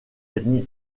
est